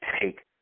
take